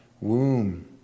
womb